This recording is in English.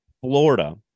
Florida